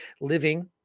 living